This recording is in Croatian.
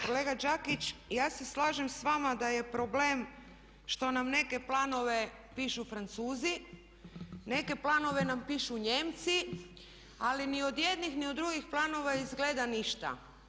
Kolega Đakić, ja se slažem s vama da je problem što nam neke planove pišu Francuzi, neke planove nam pišu Nijemci ali ni od jednih ni od drugih planova izgleda ništa.